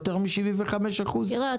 אם נראה שזה מוריד ל-97% סיכון,